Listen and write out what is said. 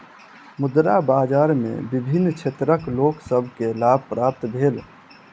मुद्रा बाजार में विभिन्न क्षेत्रक लोक सभ के लाभ प्राप्त भेल